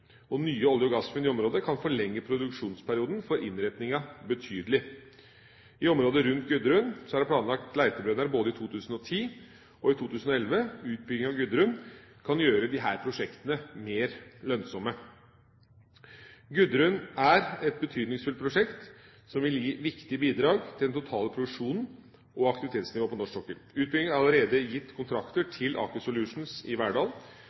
og nye olje- og gassfunn i området, kan forlenge produksjonsperioden for innretninga betydelig. I området rundt Gudrun er det planlagt letebrønner både i 2010 og i 2011. Utbygging av Gudrun kan gjøre disse prosjektene mer lønnsomme. Gudrun er et betydningsfullt prosjekt som vil gi viktige bidrag til den totale produksjonen og aktivitetsnivået på norsk sokkel. Utbygginga har allerede gitt kontrakter til Aker Solutions i Verdal.